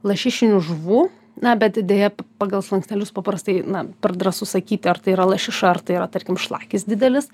lašišinių žuvų na bet deja p pagal slankstelius paprastai na per drąsu sakyti ar tai yra lašiša ar tai yra tarkim šlakis didelis